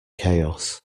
chaos